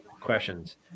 questions